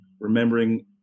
remembering